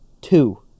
Two